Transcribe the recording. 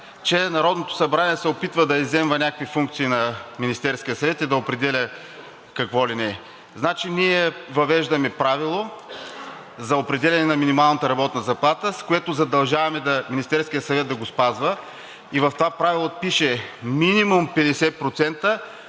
че Народното събрание се опитва да изземва някакви функции на Министерския съвет и да определя какво ли не. Значи, ние въвеждаме правило за определяне на минималната работна заплата, с което задължаваме Министерския съвет да го спазва, и в това правило пише: „минимум 50%